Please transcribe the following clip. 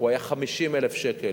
היה 50,000 שקל,